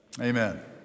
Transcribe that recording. amen